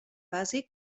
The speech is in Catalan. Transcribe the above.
bàsic